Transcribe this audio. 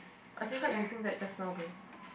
I tried using that just now though